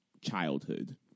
childhood